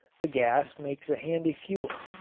the gas makes a handy fuel.